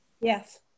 Yes